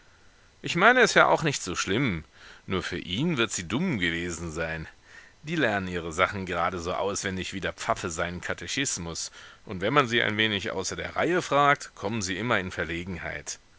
ich meine es ja auch nicht so schlimm nur für ihn wird sie dumm gewesen sein die lernen ihre sachen gerade so auswendig wie der pfaffe seinen katechismus und wenn man sie ein wenig außer der reihe fragt kommen sie immer in verlegenheit